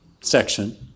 section